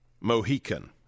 Mohican